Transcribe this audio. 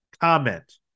comment